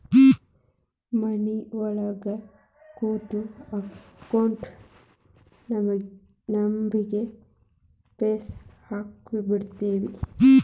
ಮನಿಯೊಳಗ ಕೂತು ಅಕೌಂಟ್ ನಂಬರ್ಗ್ ಫೇಸ್ ಹಾಕಿಬಿಡ್ತಿವಿ